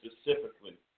specifically